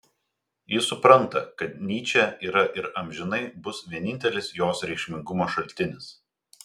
ji supranta kad nyčė yra ir amžinai bus vienintelis jos reikšmingumo šaltinis